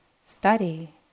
study